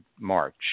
March